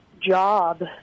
job